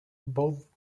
both